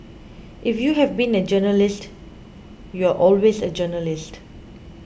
if you have been a journalist you're always a journalist